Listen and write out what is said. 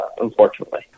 unfortunately